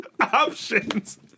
options